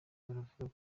baravuga